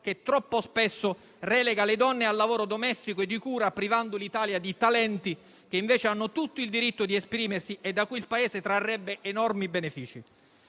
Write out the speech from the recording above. che troppo spesso relega le donne al lavoro domestico e di cura privando l'Italia di talenti che, invece, hanno tutto il diritto di esprimersi e da cui il Paese trarrebbe enormi benefici.